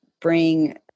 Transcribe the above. bring